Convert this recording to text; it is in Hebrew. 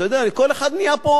אתה יודע, כל אחד נהיה פה